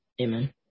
Amen